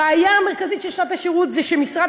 הבעיה המרכזית של שנת השירות היא שמשרד